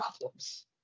problems